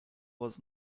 was